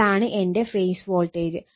ഇതാണ് എൻറെ phase voltage